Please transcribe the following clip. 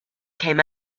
came